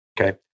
Okay